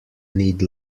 need